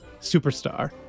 superstar